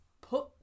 put